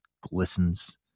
glistens